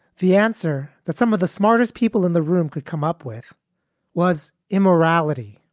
the answer that some of the smartest people in the room could come up with was immorality.